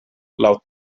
laŭ